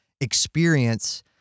experience